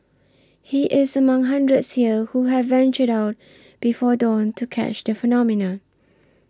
he is among hundreds here who have ventured out before dawn to catch the phenomenon